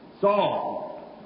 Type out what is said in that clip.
Saul